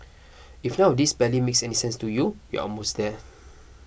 if none of this barely makes any sense to you we're almost there